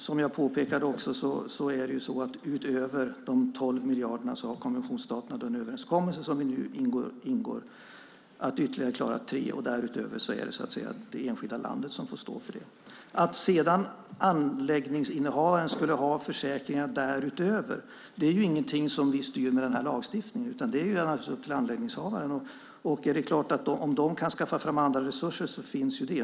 Som jag också påpekade är det så att utöver de 12 miljarderna har konventionsstaterna en överenskommelse som vi nu ingår att klara ytterligare 3 miljarder. Därutöver är det så att säga det enskilda landet som får stå för det. Att sedan anläggningshavaren skulle ha försäkringar därutöver är ingenting som vi styr med den här lagstiftningen, utan det är naturligtvis upp till anläggningshavaren. Det är klart att om de kan skaffa fram andra resurser finns ju det.